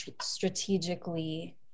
strategically